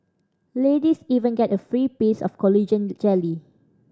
ladies even get a free piece of collagen jelly